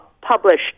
published